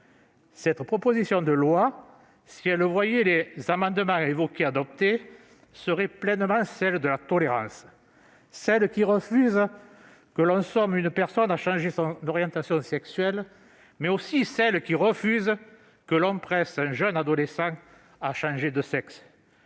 Cette proposition de loi, amendée par les amendements que je viens d'évoquer, deviendrait pleinement celle de la tolérance, celle qui refuse que l'on somme une personne de changer son orientation sexuelle, mais aussi celle qui refuse que l'on presse un jeune adolescent de changer de sexe.